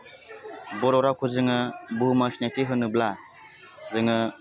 बर' रावखौ जोङो बुहुमाव सिनायथि होनोब्ला जोङो